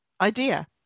idea